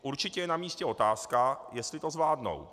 Určitě je namístě otázka, jestli to zvládnou.